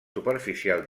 superficial